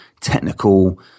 technical